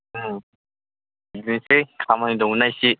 बिसै खामानि दंमोन एसे